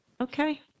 okay